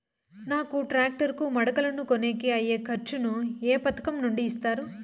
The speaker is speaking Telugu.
నాకు టాక్టర్ కు మడకలను కొనేకి అయ్యే ఖర్చు ను ఏ పథకం నుండి ఇస్తారు?